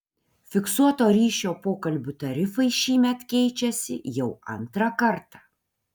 fiksuoto ryšio pokalbių tarifai šįmet keičiasi jau antrą kartą